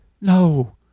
No